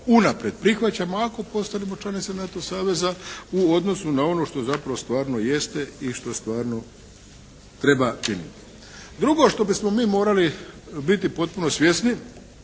unaprijed prihvaćamo ako postanemo članica NATO saveza u odnosu na ono što zapravo stvarno jeste i što stvarno treba činiti. Drugo što bismo mi morali biti potpuno svjesni